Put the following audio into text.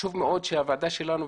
וחשוב מאוד שהוועדה שלנו,